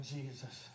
Jesus